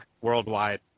worldwide